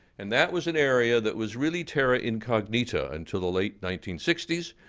and that was an area that was really terra incognita until the late nineteen sixty s.